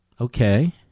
Okay